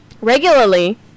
Regularly